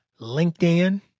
LinkedIn